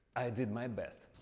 i did my best.